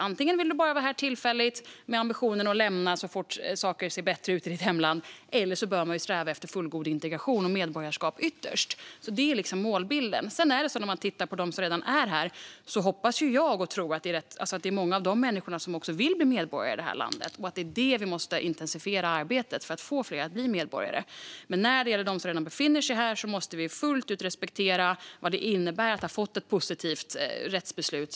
Antingen vill man bara vara här tillfälligt med ambitionen att lämna landet så fort saker ser bättre ut i ens hemland eller så bör man sträva efter fullgod integration och ytterst medborgarskap. Det är målbilden. Jag hoppas och tror att många av de människor som redan är här vill bli medborgare i det här landet. Vi måste intensifiera arbetet för att få fler att bli medborgare. Men när det gäller dem som redan befinner sig här måste vi fullt ut respektera vad det innebär att ha fått ett positivt rättsbeslut.